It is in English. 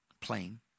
plane